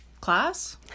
Class